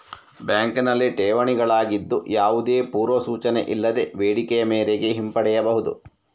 ಬ್ಯಾಂಕಿನಲ್ಲಿ ಠೇವಣಿಗಳಾಗಿದ್ದು, ಯಾವುದೇ ಪೂರ್ವ ಸೂಚನೆ ಇಲ್ಲದೆ ಬೇಡಿಕೆಯ ಮೇರೆಗೆ ಹಿಂಪಡೆಯಬಹುದು